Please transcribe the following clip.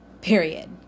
period